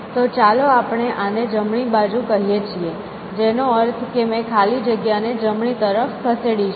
તો ચાલો આપણે આને જમણી બાજુ કહીએ છીએ જેનો અર્થ છે કે મેં ખાલી જગ્યાને જમણી તરફ ખસેડી છે